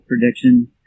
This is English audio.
prediction